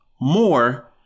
more